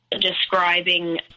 describing